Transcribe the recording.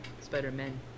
spider-man